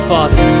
Father